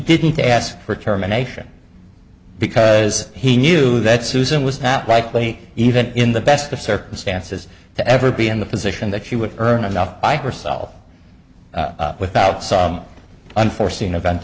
didn't ask for terminations because he knew that susan was not likely even in the best of circumstances to ever be in the position that she would earn enough i curse all without some unforeseen event